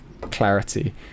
clarity